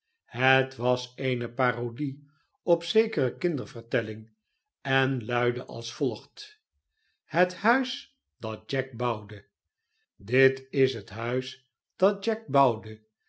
het was eene parodie op zekere kindervertelling en luidde als volgt het huis dat jack bouwde dit is het huis dat jack bouwde